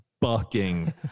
bucking